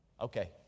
Okay